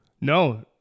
No